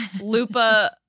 Lupa